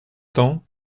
temps